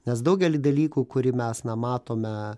nes daugelį dalykų kurį mes na matome